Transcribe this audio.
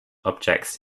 objects